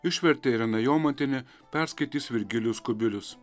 išvertė irena jomantienė perskaitys virgilijus kubilius